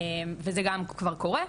וזה גם כבר קורה,